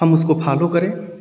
हम उसको फालो करें